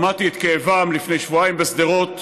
שמעתי את כאבם לפני שבועיים בשדרות,